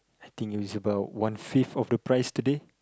I think it is about one fifth of the price today